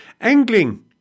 Angling